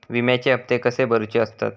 विम्याचे हप्ते कसे भरुचे असतत?